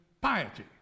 piety